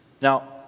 Now